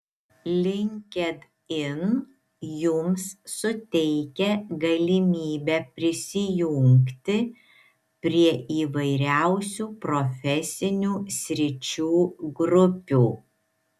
linkedin jums suteikia galimybę prisijungti prie įvairiausių profesinių sričių grupių